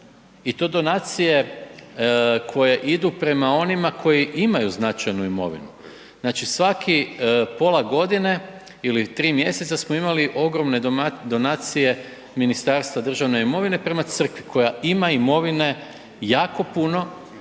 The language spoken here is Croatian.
i to donacije koje idu prema onima koji imaju značajnu imovinu. Znači svakih pola godine ili 3 mjeseca smo imali ogromne donacije Ministarstva državne imovine prema Crkvi koja ima imovine jako puno